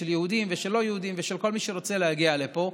של יהודים ושל לא יהודים ושל כל מי שרוצה להגיע לפה.